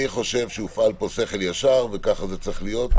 אני חושב שהופעל פה שכל ישר, וכך זה צריך להיות.